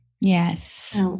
Yes